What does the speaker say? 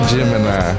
Gemini